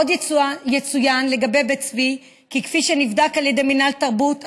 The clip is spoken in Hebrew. עוד יצוין לגבי בית צבי כי כפי שנבדק על ידי מינהל תרבות,